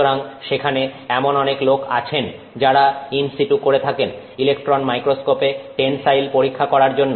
সুতরাং সেখানে এমন অনেক লোক আছেন যারা ইন সিটু করে থাকেন ইলেকট্রন মাইক্রোস্কোপে টেনসাইল পরীক্ষা করার জন্য